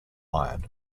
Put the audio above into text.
ion